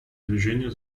движение